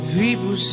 people